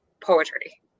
poetry